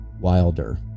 Wilder